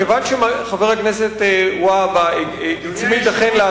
כיוון שחבר הכנסת והבה רוצה,